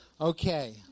Okay